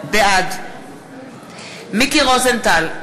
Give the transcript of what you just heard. בעד מיקי רוזנטל,